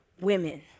Women